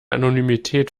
anonymität